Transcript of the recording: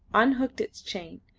unhooked its chain,